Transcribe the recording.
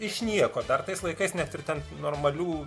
iš nieko dar tais laikais net ir ten normalių